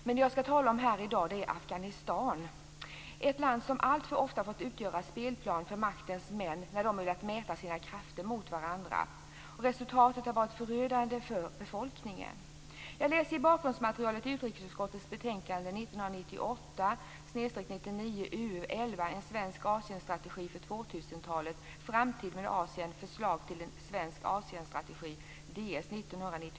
Men jag skall i dag tala om Afghanistan, ett land som alltför ofta fått utgöra spelplan för maktens män när de har velat mäta sina krafter mot varandra. Resultatet har varit förödande för befolkningen. Jag läser i bakgrundsmaterialet till utrikesutskottets betänkande 1998/99:UU11 En svensk Asienstrategi för 2000-talet. Det gäller då Framtid med Asien. från Utrikesdepartementet.